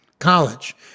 college